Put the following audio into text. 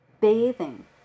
Bathing